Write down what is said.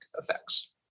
effects